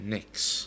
Next